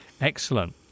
Excellent